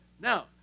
Now